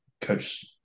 Coach